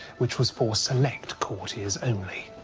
which was for select courtiers only.